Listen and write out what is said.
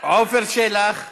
עפר שלח.